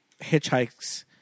hitchhikes